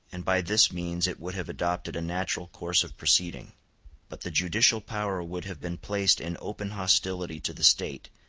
and by this means it would have adopted a natural course of proceeding but the judicial power would have been placed in open hostility to the state,